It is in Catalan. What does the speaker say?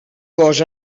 cos